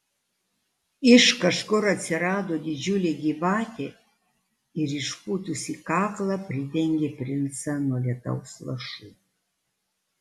iš kažkur atsirado didžiulė gyvatė ir išpūtusi kaklą pridengė princą nuo lietaus lašų